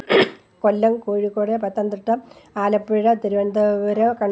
Kollam Kozhikode Pathanamthitta Alappuzha Thiruvananthapuram Kannur